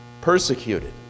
persecuted